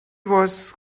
was